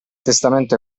testamento